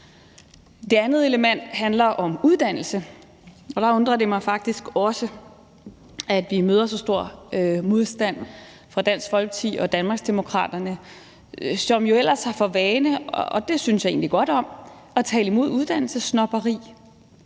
Det andet element handler om uddannelse. Der undrer det mig faktisk også, at vi møder så stor modstand fra Dansk Folkeparti og Danmarksdemokraterne, som jo ellers har for vane – og det synes jeg egentlig godt om – at tale imod uddannelsessnobberi